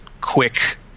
quick